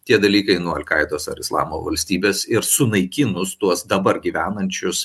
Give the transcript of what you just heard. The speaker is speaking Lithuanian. tie dalykai nuo alkaidos ar islamo valstybės ir sunaikinus tuos dabar gyvenančius